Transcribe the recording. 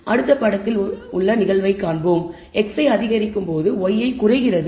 அடுத்த படத்தில் ஒரு நிகழ்வைக் காண்பிப்போம் xi அதிகரிக்கும் போது yi குறைகிறது